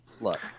look